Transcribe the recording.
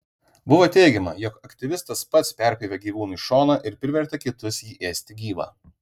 buvo teigiama jog aktyvistas pats perpjovė gyvūnui šoną ir privertė kitus jį ėsti gyvą